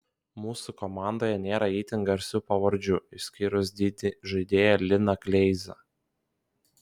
mūsų komandoje nėra itin garsių pavardžių išskyrus didį žaidėją liną kleizą